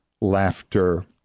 laughter